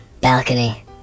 Balcony